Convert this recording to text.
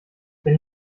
wenn